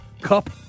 Cup